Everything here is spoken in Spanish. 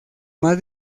más